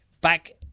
back